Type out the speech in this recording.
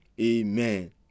Amen